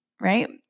right